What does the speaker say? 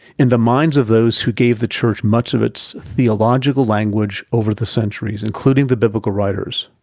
in the minds of those who gave the church much of its theological language over the centuries, including the biblical writers.